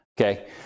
Okay